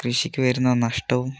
കൃഷിക്കുവരുന്ന നഷ്ടവും